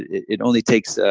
it only takes ah